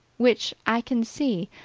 which i can see,